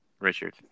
Richard